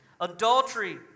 Adultery